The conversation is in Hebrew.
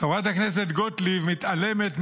חברת הכנסת גוטליב מתעלמת,